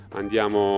andiamo